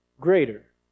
greater